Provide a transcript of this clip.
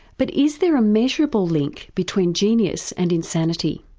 but is there a measurable link between genius and insanity?